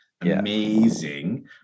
Amazing